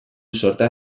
sorta